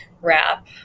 wrap